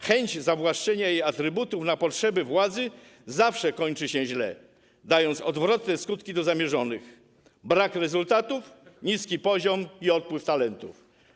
Chęć zawłaszczenia jej atrybutów na potrzeby władzy zawsze kończy się źle, dając odwrotne skutki do zamierzonych: brak rezultatów, niski poziom i odpływ talentów.